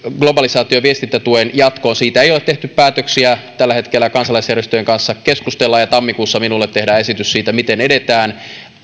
globalisaatioviestintätuen jatkoon siitä ei ole tehty päätöksiä tällä hetkellä kansalaisjärjestöjen kanssa keskustellaan ja tammikuussa minulle tehdään esitys siitä miten edetään